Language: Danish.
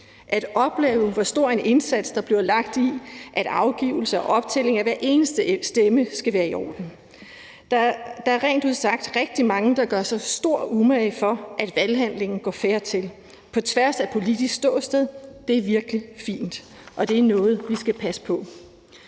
at opleve, hvor stor en indsats, der bliver lagt i, at afgivelse og optælling af hver eneste stemme skal være i orden. Der er rent ud sagt rigtig mange, der gør sig stor umage, for at valghandlingen går fair til, på tværs af politisk ståsted. Det er virkelig fint, og det er noget, vi skal passe på.